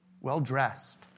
well-dressed